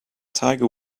tiger